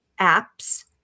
Apps